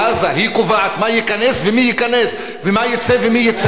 היא קובעת מה ייכנס ומי ייכנס, ומה יצא ומי יצא.